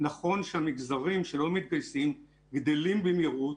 נכון שהמגזרים שלא מתגייסים גדלים במהירות,